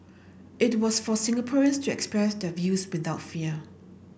it was for Singaporeans to express their views without fear